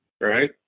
Right